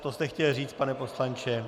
To jste chtěl říct, pane poslanče?